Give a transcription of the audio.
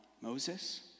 Moses